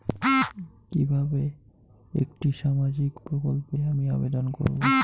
কিভাবে একটি সামাজিক প্রকল্পে আমি আবেদন করব?